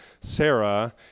Sarah